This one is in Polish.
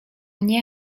nie